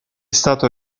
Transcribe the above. stato